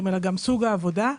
היא גם סוג העבודה.